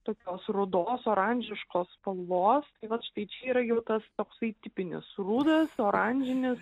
tokios rudos oranžiškos spalvos tai vat štai čia yra jau tas toksai tipinis rudas oranžinis